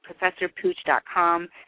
professorpooch.com